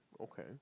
okay